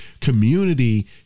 Community